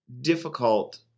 difficult